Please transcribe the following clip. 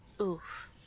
Oof